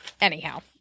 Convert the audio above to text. anyhow